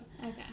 Okay